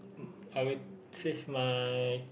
I will save my